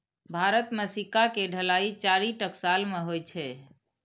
भारत मे सिक्का के ढलाइ चारि टकसाल मे होइ छै